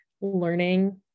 learning